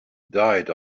died